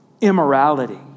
immorality